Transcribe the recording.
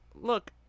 look